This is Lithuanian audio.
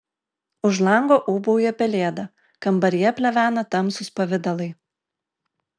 už lango ūbauja pelėda kambaryje plevena tamsūs pavidalai